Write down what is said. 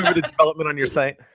yeah the development on your site?